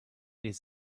his